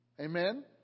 Amen